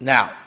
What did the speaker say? Now